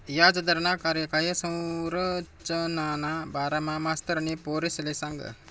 याजदरना कार्यकाय संरचनाना बारामा मास्तरनी पोरेसले सांगं